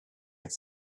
like